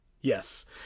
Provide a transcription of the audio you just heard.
Yes